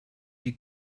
die